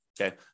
okay